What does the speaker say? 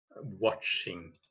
Watching